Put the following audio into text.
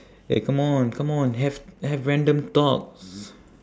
eh come on come on have have random talks